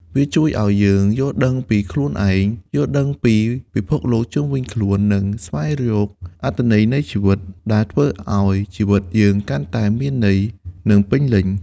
វាជួយយើងឱ្យយល់ពីខ្លួនឯង យល់ពីពិភពលោកជុំវិញខ្លួន និងស្វែងរកអត្ថន័យនៃជីវិត ដែលធ្វើឱ្យជីវិតយើងកាន់តែមានន័យ និងពេញលេញ។